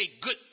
good